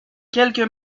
quelques